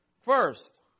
First